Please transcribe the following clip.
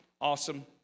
Awesome